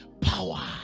power